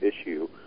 issue